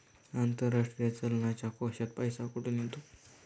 आंतरराष्ट्रीय चलनाच्या कोशात पैसा कुठून येतो?